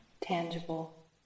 tangible